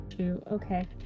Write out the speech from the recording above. Okay